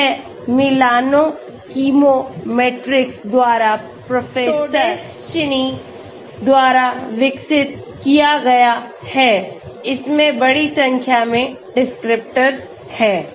यह Milano Chemometrics द्वारा professor Todeschini द्वारा विकसित किया गया है इसमें बड़ी संख्या में डिस्क्रिप्टर हैं